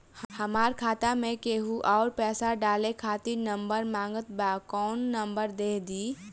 हमार खाता मे केहु आउर पैसा डाले खातिर नंबर मांगत् बा कौन नंबर दे दिही?